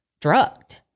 drugged